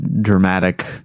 dramatic